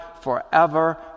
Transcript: forever